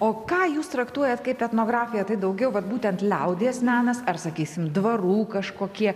o ką jūs traktuojat kaip etnografiją tai daugiau vat būtent liaudies menas ar sakysim dvarų kažkokie